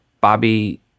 Bobby